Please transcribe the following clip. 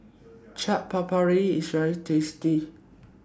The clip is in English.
Chaat Papri IS very tasty